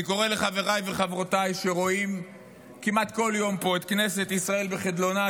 אני קורא לחבריי וחברותיי שרואים כמעט כל יום פה את כנסת ישראל בחדלונה,